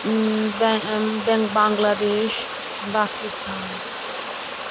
बं बांग्लादेश बाकिस्तान